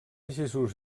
jesús